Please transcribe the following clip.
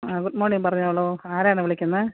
ആ good morning പറഞ്ഞോളൂ ആരാണ് വിളിക്കുന്നത്